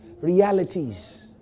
realities